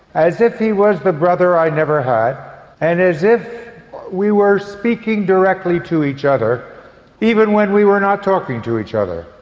as if he was the brother i never had and as if we were speaking directly to each other even when we were not talking to each other.